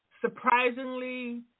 surprisingly